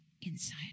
inside